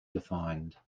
defined